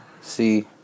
See